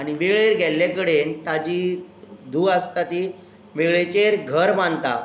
आनी वेळेर गेल्ले कडेन ताजी धूव आसता ती वेळेचेर घर बांदता